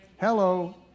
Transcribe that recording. Hello